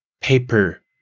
paper